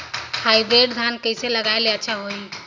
Hybrid धान कइसे लगाय ले अच्छा होही?